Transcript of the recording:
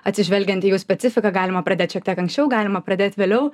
atsižvelgiant į jų specifiką galima pradėt šiek tiek anksčiau galima pradėt vėliau